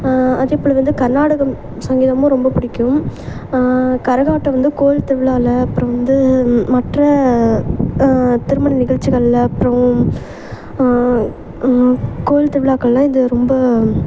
அதேபோல் வந்து கர்நாடகம் சங்கீதமும் ரொம்ப பிடிக்கும் கரகாட்டம் வந்து கோயில் திருவிழால அப்புறம் வந்து மற்ற திருமண நிகல்ச்சிகளில் அப்புறம் கோயில் திருவிழாக்கள்லாம் இது ரொம்ப